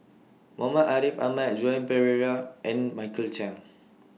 Muhammad Ariff Ahmad and Joan Pereira and Michael Chiang